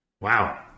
wow